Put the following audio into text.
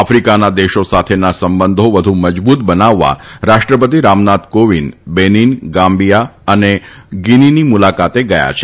આફિકાના દેશો સાથેના સંબંધો વધુ મજબુત બનાવવા રાષ્ટ્રપતિ રામનાથ કોવિંદ બેનીન ગામ્બીઆ અને ગીનીની મુલાકાતે ગયા છે